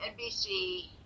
NBC